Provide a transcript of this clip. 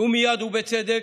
ומייד, ובצדק,